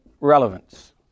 relevance